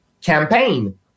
campaign